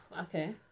okay